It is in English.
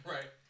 Right